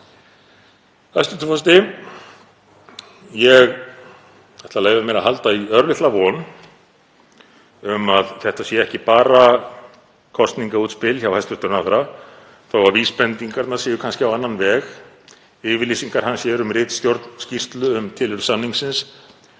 Hæstv. forseti. Ég ætla að leyfa mér að halda í örlitla von um að þetta sé ekki bara kosningaútspil hjá hæstv. ráðherra þó að vísbendingarnar séu kannski á annan veg; yfirlýsingar hans hér um ritstjórn skýrslu um tilurð samningsins,